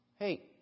Hey